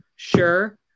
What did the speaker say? Sure